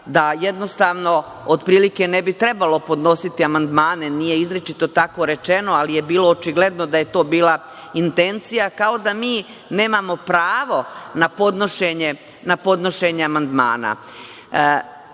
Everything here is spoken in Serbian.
da jednostavno, otprilike, ne bi trebalo podnositi amandmane, nije izričito tako rečeno, ali je bilo očigledno da je to bila intencija, kao da mi nemamo pravo na podnošenje amandmana.